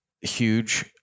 huge